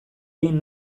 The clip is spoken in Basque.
egin